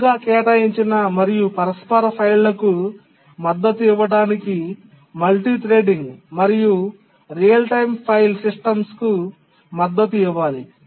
ముందుగా కేటాయించిన మరియు పరస్పర ఫైళ్ళకు మద్దతు ఇవ్వడానికి మల్టీ థ్రెడింగ్ మరియు రియల్ టైమ్ ఫైల్ సిస్టమ్కు మద్దతు ఇవ్వాలి